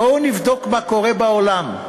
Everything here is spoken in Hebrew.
בואו נבדוק מה קורה בעולם.